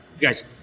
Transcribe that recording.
Guys